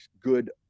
good